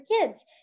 kids